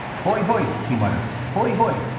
hoi, hoi, he muttered, hoi, hoi,